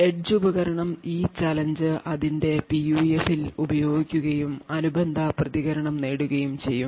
edge ഉപകരണം ഈ challenge അതിന്റെ PUF ൽ ഉപയോഗിക്കുകയും അനുബന്ധ പ്രതികരണം നേടുകയും ചെയ്യും